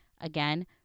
again